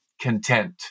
content